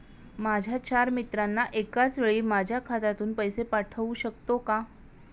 माझ्या चार मित्रांना एकाचवेळी माझ्या खात्यातून पैसे पाठवू शकतो का?